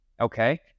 Okay